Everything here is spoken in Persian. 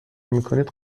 میکنید